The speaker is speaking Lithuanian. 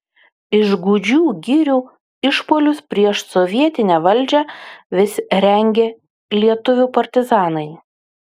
iš gūdžių girių išpuolius prieš sovietinę valdžią vis rengė lietuvių partizanai